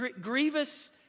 grievous